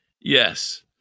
Yes